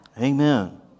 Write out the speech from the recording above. Amen